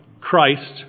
Christ